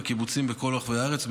בקיבוצים בכל רחבי הארץ,